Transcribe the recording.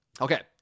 Okay